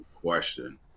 question